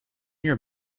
your